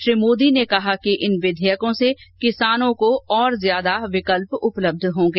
श्री मोदी ने कहा कि इन विर्धयकों से किसानों को और ज्यादा विकल्प उपलब्ध होंगे